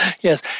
Yes